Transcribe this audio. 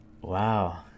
Wow